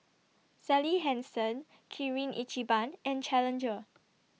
Sally Hansen Kirin Ichiban and Challenger